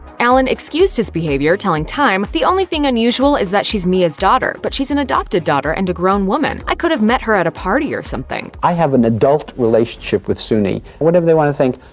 allen excused his behavior, telling time, the only thing unusual is that she's mia's daughter. but she's an adopted daughter and a grown woman. i could have met her at a party or something. i have an adult relationship with soon-yi. whatever they wanna think,